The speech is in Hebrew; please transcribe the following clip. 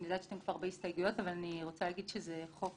אני יודעת שאתם כבר בהסתייגויות אבל אני רוצה להגיד שזה חוק